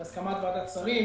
בהסכמת ועדת שרים,